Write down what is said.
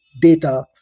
data